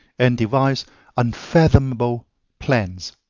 and devise unfathomable plans.